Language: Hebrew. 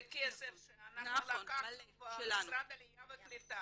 זה כסף שאנחנו לקחנו במשרד העלייה והקליטה